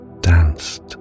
danced